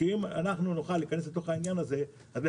אם נוכל להיכנס לתוך העניין הזה אז,